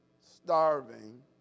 starving